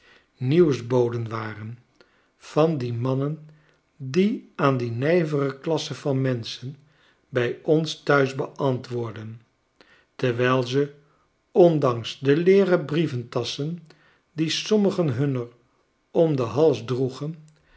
nieuwsboden waren van die mannen die aan die nijvere klasse van menschen bij ons thuis beantwoordden terwijl ze ondanks de leeren brieventasschen die sommigen hunnerom den hals droegen